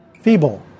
feeble